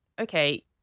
okay